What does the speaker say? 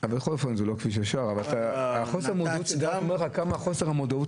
לך כמה חוסר מודעות